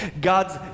God's